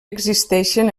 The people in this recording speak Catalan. existeixen